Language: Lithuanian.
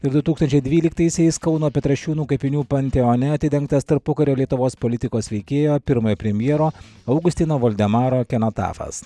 ir du tūkstančiai dvyliktaisiais kauno petrašiūnų kapinių panteone atidengtas tarpukario lietuvos politikos veikėjo pirmojo premjero augustino voldemaro kenotafas